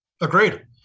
Agreed